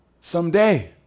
Someday